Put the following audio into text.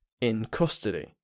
in-custody